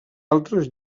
altres